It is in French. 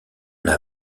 n’a